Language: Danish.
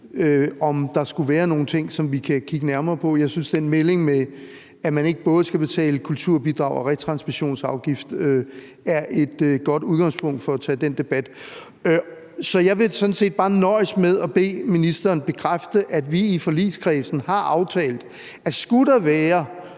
om der skulle være nogle ting, som vi kan kigge nærmere på. Jeg synes, at den melding med, at man ikke både skal betale kulturbidrag og retransmissionsafgift, er et godt udgangspunkt for at tage den debat. Så jeg vil sådan set bare nøjes med at bede ministeren bekræfte, at vi i forligskredsen har aftalt, fordi det, vi